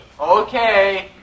Okay